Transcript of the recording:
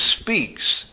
speaks